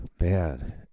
man